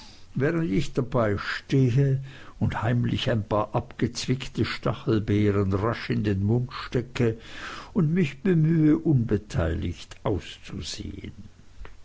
während ich dabeistehe und heimlich ein paar abgezwickte stachelbeeren rasch in den mund stecke und mich bemühe unbeteiligt auszusehen